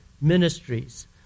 ministries